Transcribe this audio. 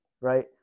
right